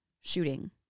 shooting